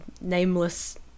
nameless